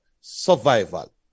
Survival